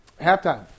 Halftime